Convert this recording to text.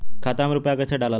खाता में रूपया कैसे डालाला?